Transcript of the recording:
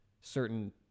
certain